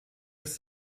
des